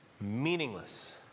meaningless